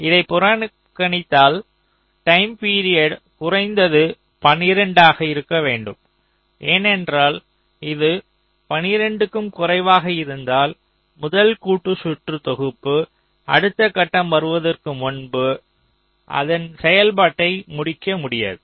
இதைப் புறக்கணித்தால் time period குறைந்தது 12 ஆக இருக்க வேண்டும் ஏனென்றால் இது 12 க்கும் குறைவாக இருந்தால் முதல் கூட்டு சுற்று தொகுப்பு அடுத்த கட்டம் வருவதற்கு முன்பு அதன் செயல்பாட்டை முடிக்க முடியாது